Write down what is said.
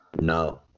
no